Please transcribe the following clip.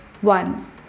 One